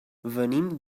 venim